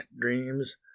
dreams